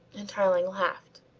and tarling laughed.